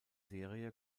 serie